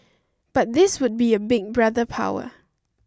but this would be a Big Brother power